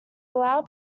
allow